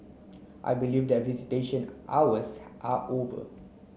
I believe that visitation hours are over